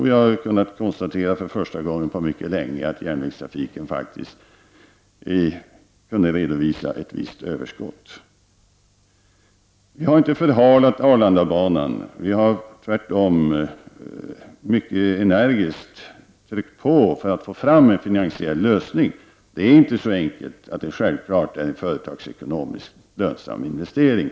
Vidare har vi för första gången på mycket länge kunnat konstatera att järnvägstrafiken faktiskt redovisar ett visst överskott. Vi har inte förhalat arbetet med Arlandabanan. Tvärtom har vi mycket energiskt tryckt på för att få fram en finansiell lösning. Det här är inte så enkelt. Det är inte självklart att det är en företagsekonomiskt lönsam investering.